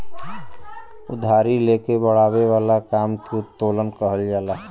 उधारी ले के बड़ावे वाला काम के उत्तोलन कहल जाला